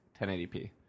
1080p